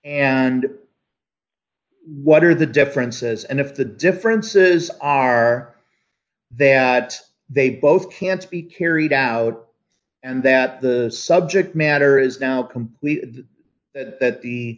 and what are the differences and if the differences are that they both can't be carried out and that the subject matter is now complete that the